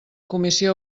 comissió